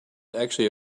actually